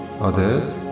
others